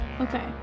Okay